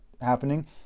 happening